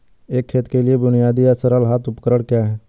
एक खेत के लिए बुनियादी या सरल हाथ उपकरण क्या हैं?